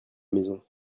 maison